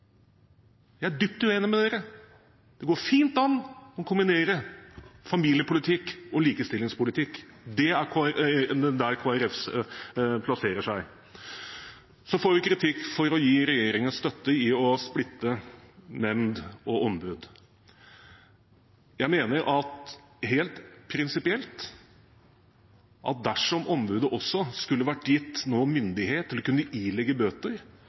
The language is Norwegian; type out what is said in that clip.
Jeg er dypt uenig med Arbeiderpartiet. Det går fint an å kombinere familiepolitikk og likestillingspolitikk. Det er der Kristelig Folkeparti plasserer seg. Så får vi kritikk for å gi regjeringen støtte i å splitte nemnd og ombud. Jeg mener helt prinsipielt at dersom ombudet nå også skulle vært gitt myndighet til å kunne ilegge bøter,